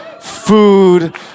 food